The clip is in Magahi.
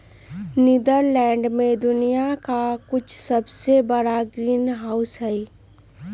नीदरलैंड में दुनिया के कुछ सबसे बड़ा ग्रीनहाउस हई